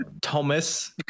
Thomas